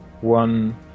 one